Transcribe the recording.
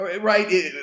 right